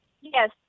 Yes